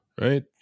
right